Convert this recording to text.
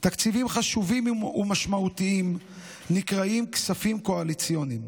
תקציבים חשובים ומשמעותיים נקראים "כספים קואליציוניים",